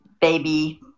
baby